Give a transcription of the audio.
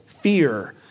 fear